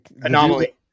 Anomaly